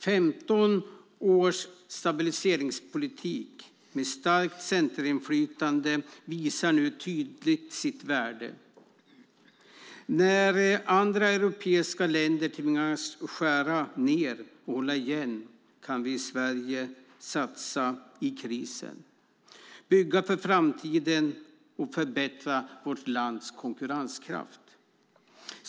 15 års stabiliseringspolitik med starkt centerinflytande visar nu tydligt sitt värde. När andra europeiska länder tvingas skära ned och hålla igen kan vi i Sverige satsa i krisen. Vi kan bygga för framtiden och förbättra vårt lands konkurrenskraft.